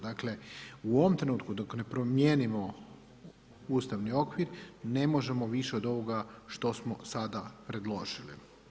Dakle u ovom trenutku dok ne promijenimo ustavni okvir, ne možemo više od ovoga što smo sada predložili.